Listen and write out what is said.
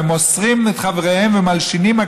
ומוסרים את חבריהם ומלשינים,